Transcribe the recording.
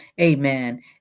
amen